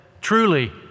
Truly